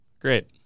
Great